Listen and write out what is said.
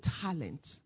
talent